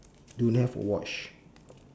don't have a watch